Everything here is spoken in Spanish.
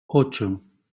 ocho